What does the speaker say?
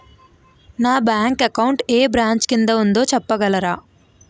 నా bank account ఏ branch కిందా ఉందో చెప్పగలరా?